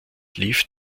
lief